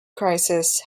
crisis